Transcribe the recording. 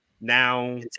now